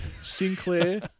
Sinclair